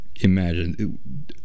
imagine